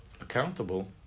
accountable